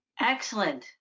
Excellent